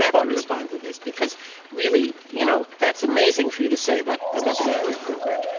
have um to respond to this because really, you know, that's amazing for you to say about about the medicare program.